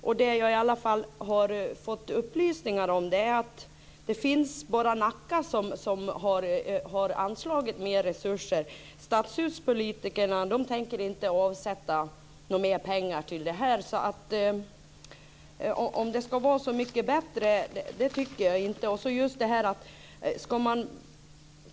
Jag har fått upplysningar om att det bara är Nacka som har anslagit mer resurser. Stadshuspolitikerna tänker inte avsätta några mer pengar till detta. Jag tycker inte att det är så mycket bättre.